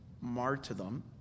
martyrdom